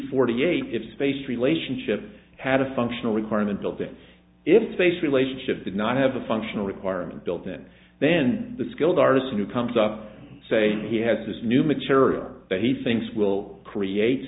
forty eight if space relationships had a functional requirement of it if space relationship did not have a functional requirement built in then the skilled artist who comes up say he has this new material that he thinks will create